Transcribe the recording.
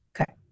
Okay